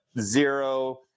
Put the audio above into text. zero